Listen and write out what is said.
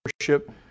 worship